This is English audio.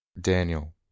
Daniel